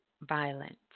violence